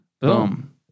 Boom